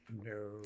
No